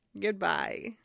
Goodbye